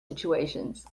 situations